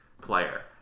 player